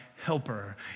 helper